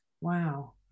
wow